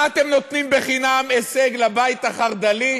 מה אתם נותנים חינם הישג לבית החרד"לי,